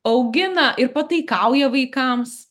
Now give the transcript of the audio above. augina ir pataikauja vaikams